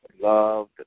love